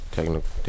Technical